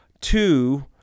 Two